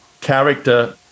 character